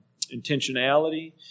intentionality